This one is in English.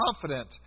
confident